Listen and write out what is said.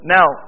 Now